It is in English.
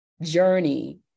journey